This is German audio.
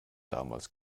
damals